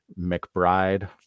McBride